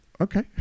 okay